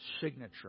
signature